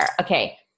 Okay